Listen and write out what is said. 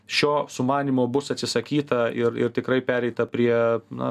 šio sumanymo bus atsisakyta ir ir tikrai pereita prie na